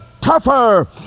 tougher